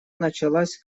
началась